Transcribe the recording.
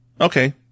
okay